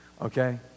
Okay